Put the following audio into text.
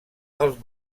els